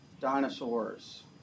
dinosaurs